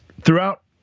throughout